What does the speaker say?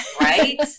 Right